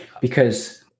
because-